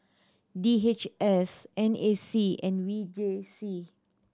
D H S N A C and V J C